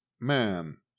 man